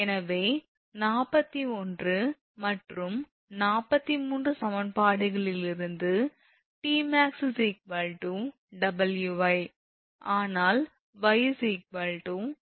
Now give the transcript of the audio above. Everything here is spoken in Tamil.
எனவே 41 மற்றும் 43 சமன்பாடுகளிலிருந்து 𝑇𝑚𝑎𝑥 𝑊𝑦 ஆனால் 𝑦 𝑐𝑑